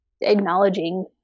acknowledging